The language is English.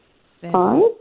Five